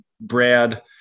Brad